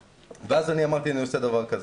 אז אמרתי שאני עושה דבר כזה: